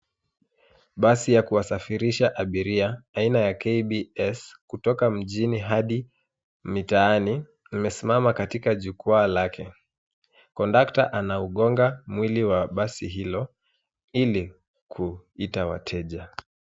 Basi ya kuwasafirisha abiria aina ya kbs, kutoka mjini hadi mitaani limesimama katika jukwaa lake. Kondakta anaugonga mwili wa basi hilo ili kuita wateja.